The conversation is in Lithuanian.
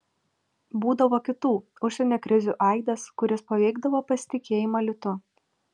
būdavo kitų užsienio krizių aidas kuris paveikdavo pasitikėjimą litu